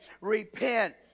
repent